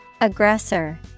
Aggressor